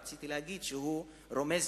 רציתי להגיד שהוא רומז,